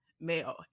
male